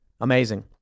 Amazing